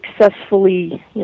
successfully